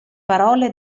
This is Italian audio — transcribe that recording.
parole